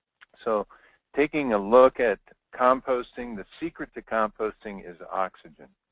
so taking a look at composting, the secret to composting is oxygen.